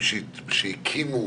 שהקימו